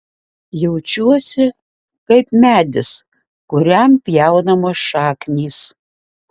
jaučiuosi kaip medis kuriam pjaunamos šaknys